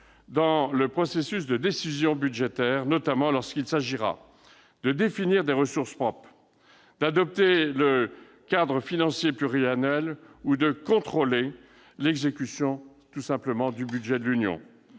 dans le processus de décision budgétaire, notamment lorsqu'il s'agira de définir des ressources propres, d'adopter le cadre financier pluriannuel ou de contrôler l'exécution du budget de l'Union